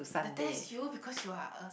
but that's you because you are a